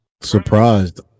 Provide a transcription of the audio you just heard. surprised